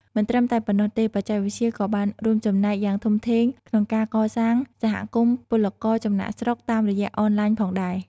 មិនត្រឹមតែប៉ុណ្ណោះទេបច្ចេកវិទ្យាក៏បានរួមចំណែកយ៉ាងធំធេងក្នុងការកសាង សហគមន៍ពលករចំណាកស្រុក តាមរយៈអនឡាញផងដែរ ។